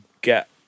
get